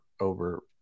over